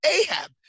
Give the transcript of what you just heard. Ahab